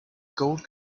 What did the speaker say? gold